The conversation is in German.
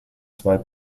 zwei